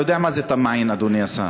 אתה יודע מה זה "טמאעין", אדוני השר,